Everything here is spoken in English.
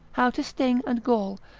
how to sting and gall,